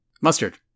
Mustard